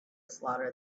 slaughter